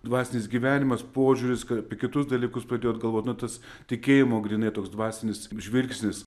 dvasinis gyvenimas požiūris apie kitus dalykus pradėjot galvot na tas tikėjimo grynai toks dvasinis žvilgsnis